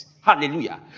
hallelujah